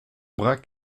bras